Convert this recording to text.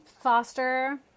Foster